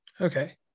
Okay